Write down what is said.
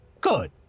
Good